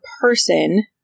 person